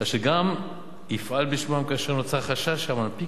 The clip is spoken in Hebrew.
אשר גם יפעל בשמם כאשר נוצר חשש שהמנפיק